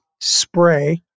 spray